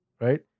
right